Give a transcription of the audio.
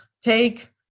take